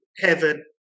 heaven